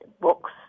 books